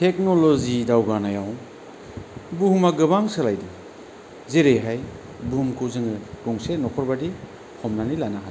technology दावगानायाव बुहुमा गोबां सोलायदों जेरैहाय बुहुमखौ जोङो गंसे न'खरबादि हमानानै लानो हादों